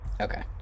Okay